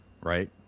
right